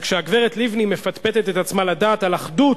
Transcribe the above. רק כשהגברת לבני מפטפטת את עצמה לדעת על אחדות,